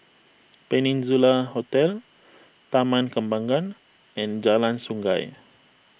Peninsula Hotel Taman Kembangan and Jalan Sungei